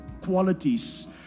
qualities